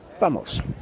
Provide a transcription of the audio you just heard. ¡Vamos